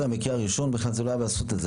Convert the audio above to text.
המקרה הראשון בכלל לא היה באסותא,